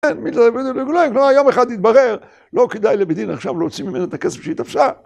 יום אחד יתברר לא כדאי לבית דין עכשיו להוציא ממנה את הכסף שהיא תפסה...